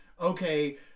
okay